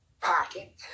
pocket